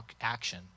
action